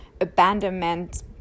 abandonment